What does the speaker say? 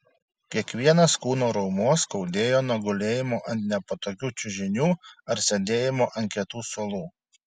kiekvienas kūno raumuo skaudėjo nuo gulėjimo ant nepatogių čiužinių ar sėdėjimo ant kietų suolų